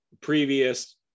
previous